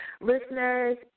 Listeners